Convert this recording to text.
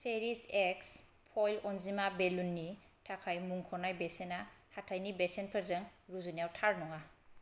चेरिश एक्स फइल अन्जिमा बेलुननि थाखाय मुंख'नाय बेसेना हाथायनि बेसेनफोरजों रुजुनायाव थार नङा